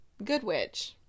Goodwitch